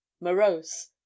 morose